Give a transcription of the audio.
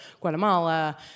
Guatemala